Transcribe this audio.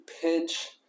pinch